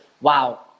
wow